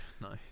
no